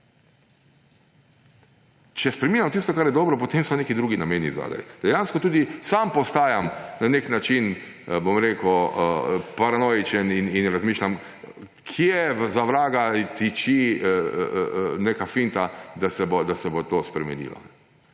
Če spreminjamo tisto, kar je dobro, potem so neki drugi nameni zadaj. Dejansko tudi sam postajam na nek način paranoičen in razmišljam, kje za vraga tiči neka finta, da se bo to spremenilo.